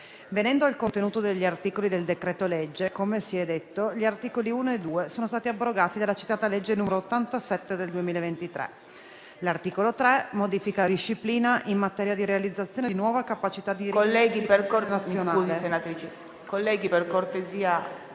Venendo al contenuto degli articoli del decreto-legge, come si è detto, gli articoli 1 e 2 sono stati abrogati dalla citata legge n. 87 del 2023. L'articolo 3 modifica la disciplina in materia di realizzazione di nuova capacità di rigassificazione nazionale,